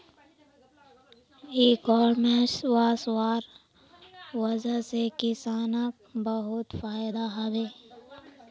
इ कॉमर्स वस्वार वजह से किसानक बहुत फायदा हबे